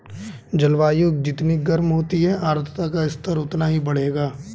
जलवायु जितनी गर्म होगी आर्द्रता का स्तर उतना ही बढ़ेगा